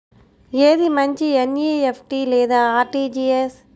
ఏది మంచి ఎన్.ఈ.ఎఫ్.టీ లేదా అర్.టీ.జీ.ఎస్?